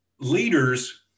leaders